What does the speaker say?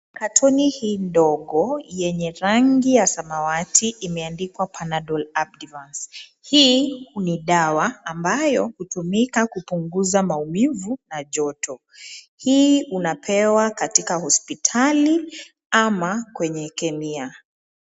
Kartoni hii ndogo yenye rangi ya samawati imeandikwa Panadol Advance. Hii ni dawa ambayo hutumika kupunguza maumivu na joto. Hii unapewa katika hospitali ama kwenye kemia.